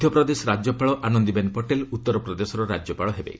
ମଧ୍ୟପ୍ରଦେଶ ରାଜ୍ୟପାଳ ଆନନ୍ଦିବେନ୍ ପଟେଲ୍ ଉତ୍ତରପ୍ରଦେଶର ରାଜ୍ୟପାଳ ହେବେ